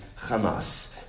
Hamas